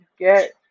get